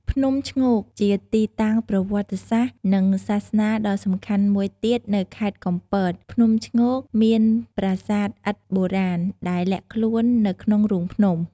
ភ្នំឈ្ងោក ជាទីតាំងប្រវត្តិសាស្ត្រ និងសាសនាដ៏សំខាន់មួយទៀតនៅខេត្តកំពត ភ្នំឈ្ងោកមានប្រាសាទឥដ្ឋបុរាណដែលលាក់ខ្លួននៅក្នុងរូងភ្នំ។